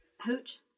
Hooch